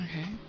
Okay